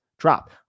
drop